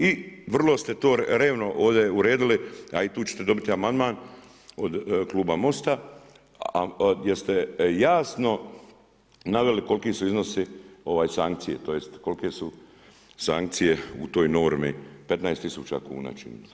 I vrlo ste to revno ovdje uredili a i tu ćete dobiti amandman od kluba MOST-a gdje ste jasno naveli koliki su iznosi, sankcije, tj. kolike su sankcije u toj normi, 15 000 kuna, čini mi se.